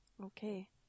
Okay